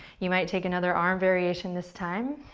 you might take another arm variation this time.